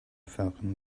falcon